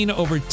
over